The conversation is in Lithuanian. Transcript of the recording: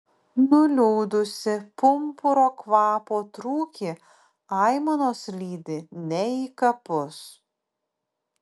nuliūdusį pumpuro kvapo trūkį aimanos lydi ne į kapus